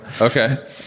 Okay